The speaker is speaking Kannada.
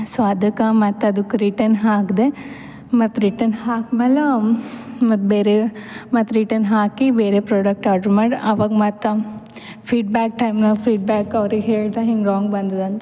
ಸೊ ಅದ್ಕೆ ಮತ್ತು ಅದುಕ್ಕೆ ರಿಟರ್ನ್ ಹಾಕಿದೆ ಮತ್ತು ರಿಟರ್ನ್ ಹಾಕ್ಮ್ಯಾಲ ಮತ್ತು ಬೇರೆ ಮತ್ತು ರಿಟರ್ನ್ ಹಾಕಿ ಬೇರೆ ಪ್ರಾಡಕ್ಟ್ ಆಡ್ರ್ ಮಾಡಿ ಅವಾಗ ಮತ್ತು ಫೀಡ್ಬ್ಯಾಕ್ ಟೈಮ್ನಾಗ ಫೀಡ್ಬ್ಯಾಕ್ ಅವ್ರಿಗೆ ಹೇಳಿದೆ ಹಿಂಗೆ ರಾಂಗ್ ಬಂದಿದೆ ಅಂತ